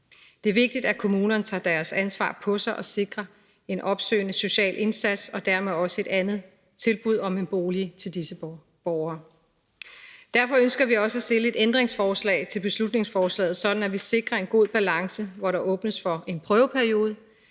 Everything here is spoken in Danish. Det er vigtigt, at kommunen tager deres ansvar på sig og sikrer en opsøgende social indsats og dermed også et andet tilbud om en bolig til disse borgere. Derfor ønsker vi også stille et ændringsforslag til beslutningsforslaget, sådan at vi sikrer en god balance, hvor der åbnes for en prøveperiode,